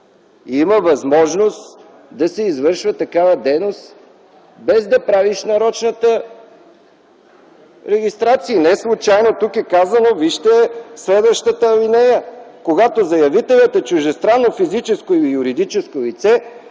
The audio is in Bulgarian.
има възможност да се извършва такава дейност, без да правиш нарочна регистрация. Неслучайно тук е казано, вижте следващата алинея: „Когато заявителят е чуждестранно физическо или юридическо лице,